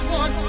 one